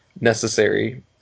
necessary